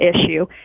issue